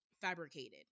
fabricated